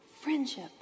friendship